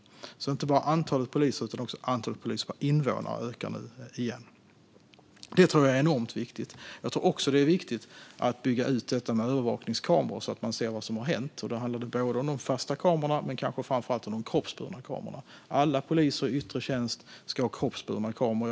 Det är alltså inte bara antalet poliser som ökar, utan också antalet poliser per invånare ökar nu igen. Det tror jag är enormt viktigt. Jag tror också att det är viktigt att bygga ut detta med övervakningskameror, så att man ser vad som har hänt. Det handlar om de fasta kamerorna men kanske framför allt om de kroppsburna kamerorna. Alla poliser i yttre tjänst ska ha kroppsburna kameror.